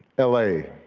l a,